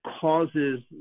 causes